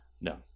No